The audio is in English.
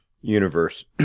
universe